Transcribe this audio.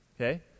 okay